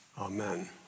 Amen